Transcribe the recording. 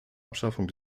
abschaffung